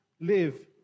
live